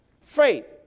Faith